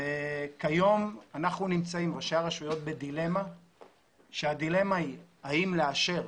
כיום ראשי הרשויות בדילמה והדילמה היא האם לאשר